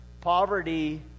poverty